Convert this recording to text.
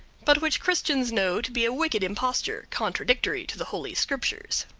but which christians know to be a wicked imposture, contradictory to the holy scriptures.